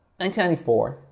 1994